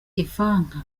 ivanka